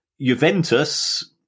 Juventus